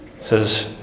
says